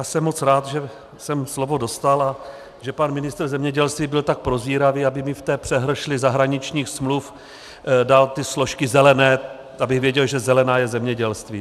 Jsem moc rád, že jsem slovo dostal a že pan ministr zemědělství byl tak prozíravý, aby mi v té přehršli zahraničních smluv dal ty složky zelené, abych věděl, že zelená je zemědělství.